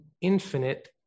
infinite